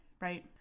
right